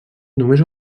només